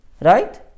Right